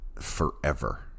forever